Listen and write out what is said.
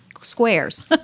squares